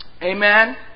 Amen